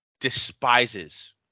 despises